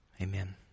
Amen